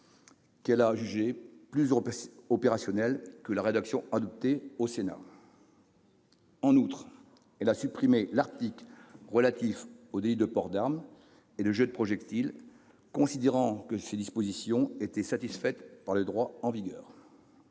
qu'elle a jugée plus opérationnelle que la rédaction adoptée par le Sénat. En outre, elle a supprimé l'article relatif aux délits de port d'arme et de jets de projectiles, considérant que ces dispositions étaient satisfaites par le droit en vigueur.